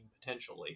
potentially